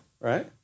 right